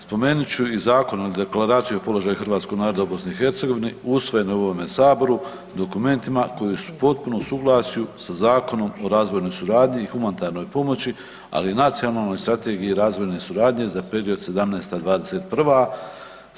Spomenut ću i Zakon o deklaraciji položaju hrvatskog naroda u BiH usvojen u ovome saboru dokumentima koji su potpuno u suglasju sa zakonom o razvojnoj suradnji i humanitarnoj pomoći, ali i nacionalnoj strategiji razvojne suradnje za period '17.-'21.